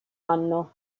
anno